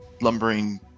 lumbering